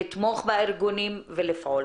לתמוך בארגונים ולפעול.